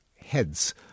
heads